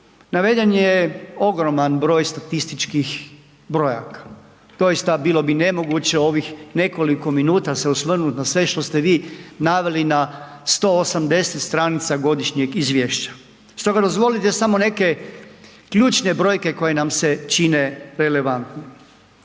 naveden je ogroman broj statističkih brojaka, doista bilo bi nemoguće u ovih nekoliko minuta se osvrnut na sve što ste vi naveli na 180 stranica godišnjeg izvješća. Stoga dozvolite samo neke ključne brojke koje nam se čine relevantnim.